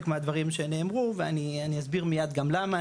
מהדברים שנאמרו ואני אסביר מיד גם למה,